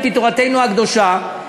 על-פי תורתנו הקדושה,